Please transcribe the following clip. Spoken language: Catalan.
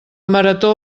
marató